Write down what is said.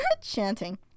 Chanting